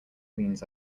leans